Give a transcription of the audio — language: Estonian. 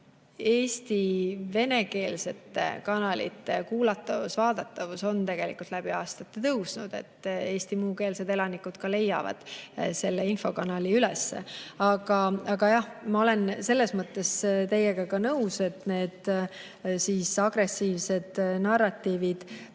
Eesti venekeelsete kanalite kuulatavus-vaadatavus on tegelikult läbi aastate kasvanud. Eesti muukeelsed elanikud leiavad selle infokanali üles. Aga jah, ma olen selles mõttes teiega nõus, et need agressiivsed narratiivid